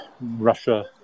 Russia